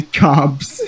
cops